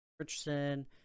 Richardson